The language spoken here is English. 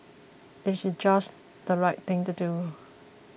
it's just the right thing to do